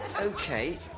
Okay